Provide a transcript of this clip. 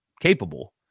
capable